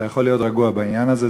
אתה יכול להיות רגוע בעניין הזה,